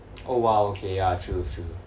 oh !wow! okay ya true true